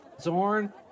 Zorn